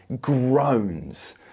groans